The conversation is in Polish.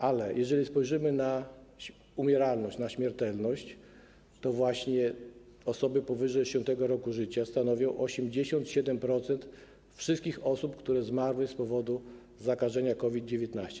Ale jeżeli spojrzymy na umieralność, na śmiertelność, to właśnie osoby powyżej 60. roku życia stanowią 87% wszystkich osób, które zmarły z powodu zakażenia COVID-19.